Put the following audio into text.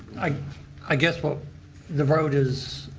i i guess what the vote is.